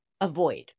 avoid